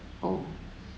oh